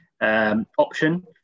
option